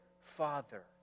father